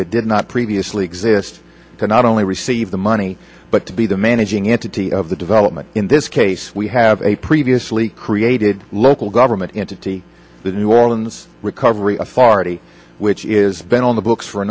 that did not previously exist not only receive the money but to be the managing entity of the development in this case we have a previously created local government entity the new orleans recovery farty which is been on the books for a